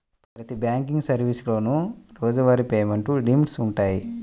ప్రతి బ్యాంకింగ్ సర్వీసులోనూ రోజువారీ పేమెంట్ లిమిట్స్ వుంటయ్యి